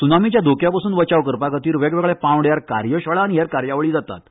सुनामीच्या धोक्या पसून बचाव करपा खातीर वेगवेगळ्या पांवड्यार कार्यशाळा आनी हेर कार्यावळी जातात